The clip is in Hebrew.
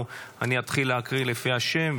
אני אתחיל להקריא לפי השם,